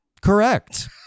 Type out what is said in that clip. Correct